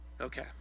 Okay